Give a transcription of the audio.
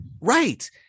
Right